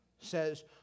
says